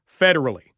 federally